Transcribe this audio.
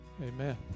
Amen